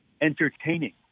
entertaining